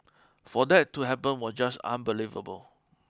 for that to happen was just unbelievable